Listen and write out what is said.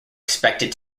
expected